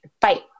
fight